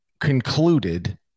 concluded